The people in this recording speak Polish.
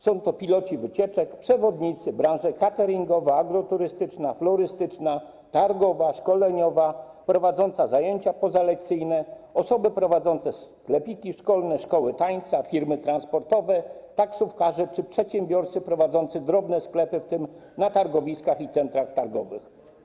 Są to piloci wycieczek, przewodnicy, branże: kateringowa, agroturystyczna, florystyczna, targowa, szkoleniowa, prowadząca zajęcia pozalekcyjne, osoby prowadzące sklepiki szkolne, szkoły tańca, firmy transportowe, taksówkarze czy przedsiębiorcy prowadzący drobne sklepy, w tym na targowiskach, w centrach targowych.